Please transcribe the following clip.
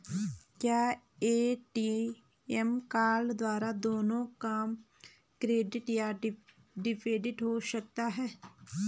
क्या ATM card द्वारा दोनों काम क्रेडिट या डेबिट हो सकता है?